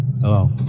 Hello